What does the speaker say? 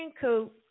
Coop